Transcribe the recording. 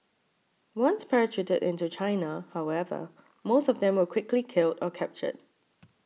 once parachuted into China however most of them were quickly killed or captured